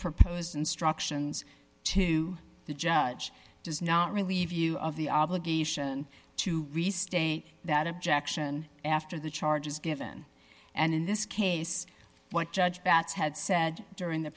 proposed instructions to the judge does not relieve you of the obligation to restate that objection after the charge is given and in this case what judge betts had said during the